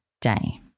day